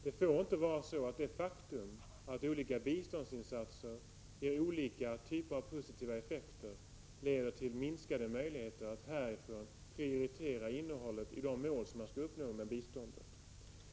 Det får inte vara så att det faktum, att olika biståndsinsatser ger olika typer av positiva effekter, leder till minskade möjligheter att härifrån prioritera innehållet i de mål som man kan uppnå med biståndet.